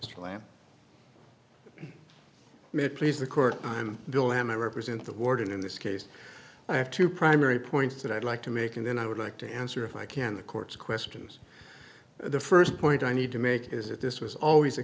mr lamb may please the court i'm bill hemmer i represent the warden in this case i have two primary points that i'd like to make and then i would like to answer if i can the court's questions the first point i need to make is that this was always